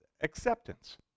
acceptance